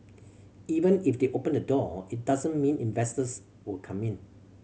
even if they open the door it doesn't mean investors will come in